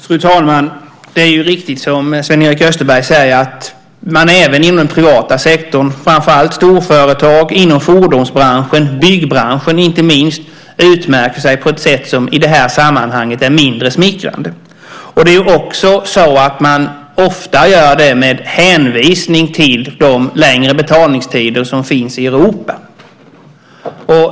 Fru talman! Det är riktigt som Sven-Erik Österberg säger: Även inom den privata sektorn, framför allt storföretag inom fordonsbranschen och inte minst inom byggbranschen, utmärker man sig på ett sätt som i sammanhanget är mindre smickrande. Ofta gör man det med hänvisning till de längre betalningstider som finns i Europa.